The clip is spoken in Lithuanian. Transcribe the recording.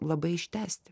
labai ištęsti